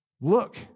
Look